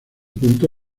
punto